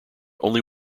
only